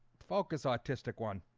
focus artistic one.